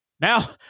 Now